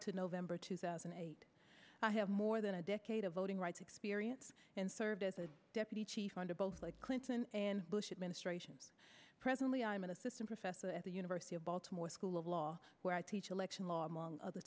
to november two thousand and eight i have more than a decade of voting rights experience and served as a deputy chief under both like clinton and bush administration presently i'm an assistant professor at the university of baltimore school of law where i teach election law among other